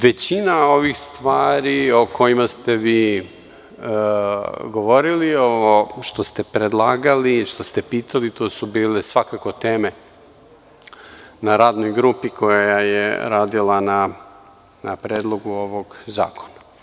Većina ovih stvari o kojima ste vi govorili, ovo što ste predlagali, što ste pitali su bile svakako teme na radnoj grupi koja je radila na predlogu ovog zakona.